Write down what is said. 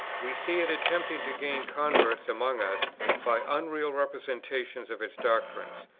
we see it attempting to gain converts among us by unreal representations of its doctrines,